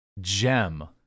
gem